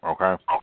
Okay